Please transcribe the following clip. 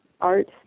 art